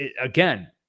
again